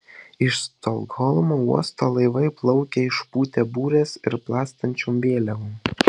iš stokholmo uosto laivai plaukia išpūtę bures ir plastančiom vėliavom